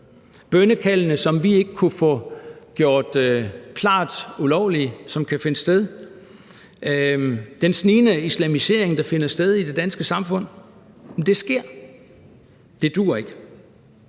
Bønnekaldene, som vi ikke kunne få gjort klart ulovlige, og som kan finde sted. Den snigende islamisering, der finder sted i det danske samfund. Det sker. Det duer ikke.